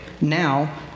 now